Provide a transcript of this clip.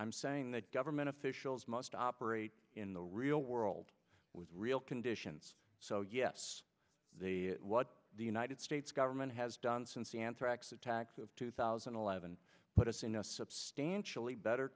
i'm saying that government officials must operate in the real world with real conditions so yes they what the united states government has done since the anthrax attacks of two thousand and eleven put us in a substantially better